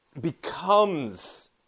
becomes